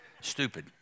stupid